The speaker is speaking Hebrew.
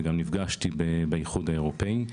וגם נפגשתי באיחוד האירופאי,